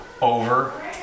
over